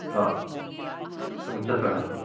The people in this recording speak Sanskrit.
ह त्रिंशत् सहस्रं